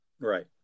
Right